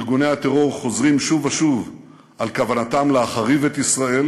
ארגוני הטרור חוזרים שוב ושוב על כוונתם להחריב את ישראל.